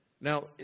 Now